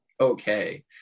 okay